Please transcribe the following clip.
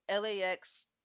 LAX